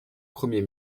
premier